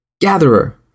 Gatherer